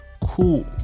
cool